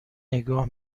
نگاه